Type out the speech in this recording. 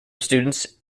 students